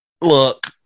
look